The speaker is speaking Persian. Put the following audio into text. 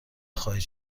خواهید